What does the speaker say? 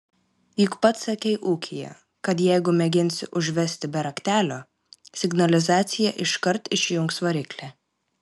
juk pats sakei ūkyje kad jeigu mėginsi užvesti be raktelio signalizacija iškart išjungs variklį